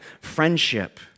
friendship